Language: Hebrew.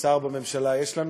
שר בממשלה יש לנו?